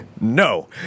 No